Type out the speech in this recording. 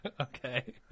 Okay